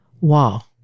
Wow